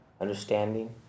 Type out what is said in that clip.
understanding